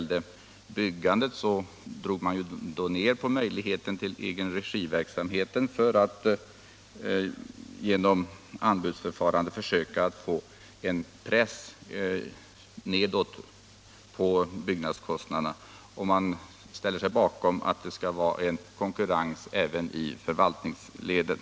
Då drog man ned på möjligheten till egenregiverksamhet när det gällde byggande. Genom ett anbudsförfarande skulle det bli en press nedåt på byggnadskostnaderna, och man ställde sig bakom åsikten att det skulle vara konkurrens även i förvaltningsledet.